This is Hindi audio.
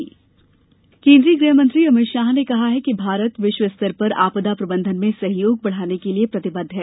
आपदा प्रबन्धन केन्द्रीय गृहमंत्री अमित शाह ने कहा है कि भारत विश्व स्तर पर आपदा प्रबंधन में सहयोग बढ़ाने के लिये प्रतिबद्ध है